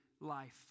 life